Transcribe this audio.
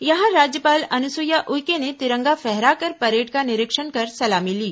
यहां राज्यपाल अनुसुईया उइके ने तिरंगा फहराकर परेड का निरीक्षण कर सलामी ली